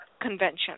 convention